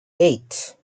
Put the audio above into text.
eight